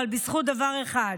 אבל להתקיים בזכות דבר אחד,